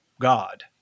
God